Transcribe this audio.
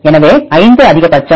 எனவே 5 அதிகபட்சம்